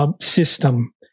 system